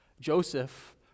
Joseph